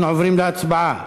אנחנו עוברים להצבעה.